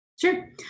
sure